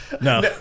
No